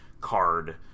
card